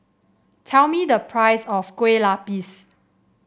tell me the price of Kue Lupis